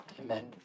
Amen